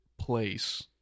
place